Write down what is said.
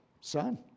son